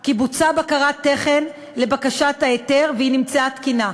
כי בוצעה בקרת תכן לבקשת ההיתר והיא נמצאה תקינה.